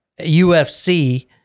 UFC